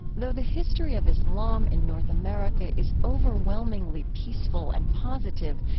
though the history of islam in north america is overwhelmingly peaceful and positive,